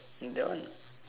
that one